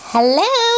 Hello